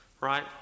Right